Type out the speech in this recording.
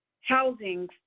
housing